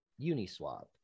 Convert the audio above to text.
Uniswap